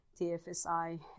TFSI